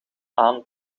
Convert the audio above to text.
aan